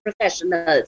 professionals